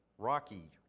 rocky